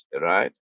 right